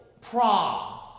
prom